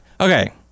Okay